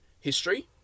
history